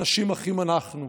אנשים אחים אנחנו,